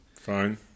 fine